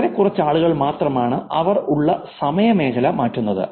വളരെ കുറച്ച് ആളുകൾ മാത്രമാണ് അവർ ഉള്ള സമയ മേഖല മാറ്റുന്നത്